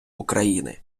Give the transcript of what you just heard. україни